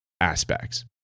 aspects